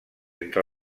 entre